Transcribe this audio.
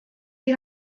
die